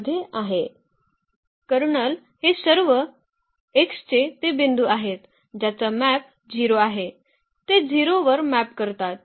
colonel हे सर्व X चे ते बिंदू आहेत ज्यांचा मॅप 0 आहे ते 0 वर मॅप करतात